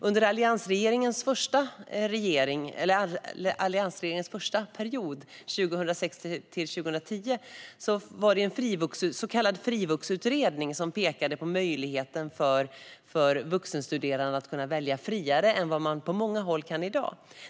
Under alliansregeringens första period, 2006-2010, arbetade den så kallade Frivuxutredningen. Den pekade på möjligheten för vuxenstuderande att välja friare än vad de på många håll kan i dag.